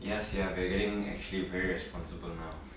yes sia we're getting actually very responsible now